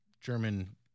German